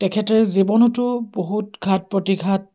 তেখেতে জীৱনতো বহুত ঘাট প্ৰতিঘাত